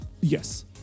Yes